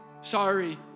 sorry